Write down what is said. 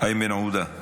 איימן עודה,